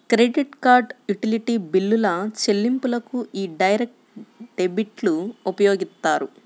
credit card, utility బిల్లుల చెల్లింపులకు యీ డైరెక్ట్ డెబిట్లు ఉపయోగిత్తారు